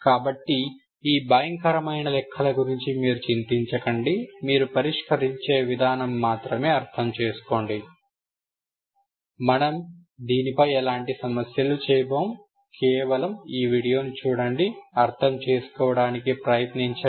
కాబట్టి ఈ భయంకరమైన లెక్కల గురించి మీరు చింతించకండి మీరు పరిష్కరించే విధానం మాత్రం అర్థం చేసుకోండి మనము దీనిపై ఎలాంటి సమస్యలు చేయబోము కేవలం ఈ వీడియోను చూడండి అర్థం చేసుకోవడానికి ప్రయత్నించండి